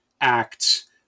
acts